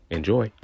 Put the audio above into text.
Enjoy